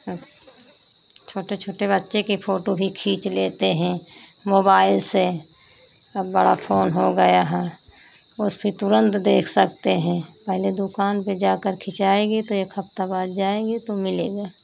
अब छोटे छोटे बच्चे की फोटू भी खींच लेते हैं मोबाइल से अब बड़ा फोन हो गया है उसपर तुरन्त देख सकते हैं पहले दुकान पर जाकर खिचाएगी तो एक हफ्ता बाद जाएगी तो मिलेगा